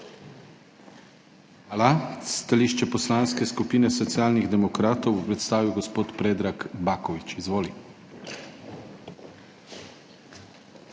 Hvala. Stališče Poslanske skupine Socialnih demokratov bo predstavil gospod Predrag Baković. Izvoli.